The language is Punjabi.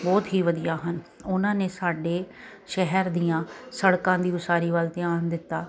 ਬਹੁਤ ਹੀ ਵਧੀਆ ਹਨ ਉਹਨਾਂ ਨੇ ਸਾਡੇ ਸ਼ਹਿਰ ਦੀਆਂ ਸੜਕਾਂ ਦੀ ਉਸਾਰੀ ਵਲ ਧਿਆਨ ਦਿੱਤਾ